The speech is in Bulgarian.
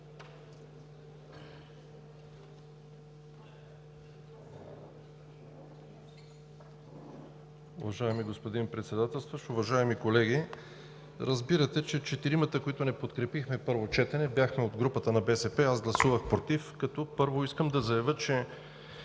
Уважаеми господин Председателстващ, уважаеми колеги! Разбирате, че четиримата, които не подкрепихме на първо четене, бяхме от групата на „БСП за България“. Аз гласувах „против“, като първо искам да заявя, че